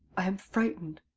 i am frightened.